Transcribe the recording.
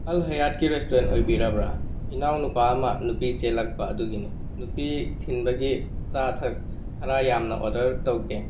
ꯑꯜ ꯍꯥꯌꯥꯠꯀꯤ ꯔꯦꯁꯇꯨꯔꯦꯟ ꯑꯣꯏꯕꯤꯔꯕ꯭ꯔꯥ ꯏꯅꯥꯎ ꯅꯨꯄꯥ ꯑꯃ ꯅꯨꯄꯤ ꯆꯦꯜꯂꯛꯄ ꯑꯗꯨꯒꯤꯅꯤ ꯅꯨꯄꯤ ꯊꯤꯟꯕꯒꯤ ꯑꯆꯥ ꯑꯊꯛ ꯈꯔ ꯌꯥꯝꯅ ꯑꯣꯗꯔ ꯇꯧꯒꯦ